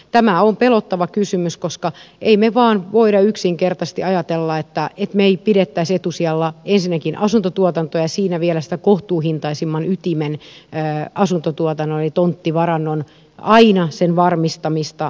tämä on pelottava kysymys koska emme me vain voi yksinkertaisesti ajatella että me emme pitäisi aina etusijalla ensinnäkin asuntotuotantoa ja siinä vielä aina sitä kohtuuhintaisimman asuntotuotannon ytimen ja tonttivarannon varmistamista